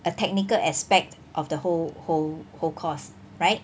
a technical aspect of the whole whole whole course right